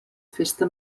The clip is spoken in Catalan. festa